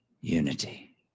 Unity